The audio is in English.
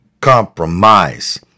compromise